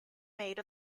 made